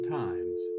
times